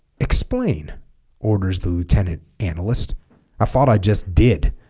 explain orders the lieutenant analyst i thought i just did